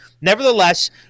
nevertheless